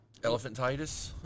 Elephantitis